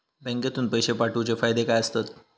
बँकेतून पैशे पाठवूचे फायदे काय असतत?